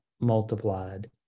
multiplied